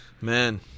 man